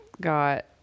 got